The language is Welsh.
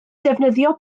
defnyddio